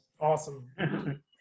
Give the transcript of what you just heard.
Awesome